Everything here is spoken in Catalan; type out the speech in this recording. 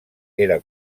era